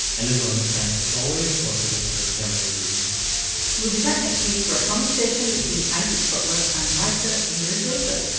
an enormous thanks as always to our producer, cameron drewes we'll be back next week for a conversation between isaac butler and writer mira jacob.